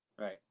Right